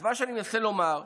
מה שאני מנסה לומר,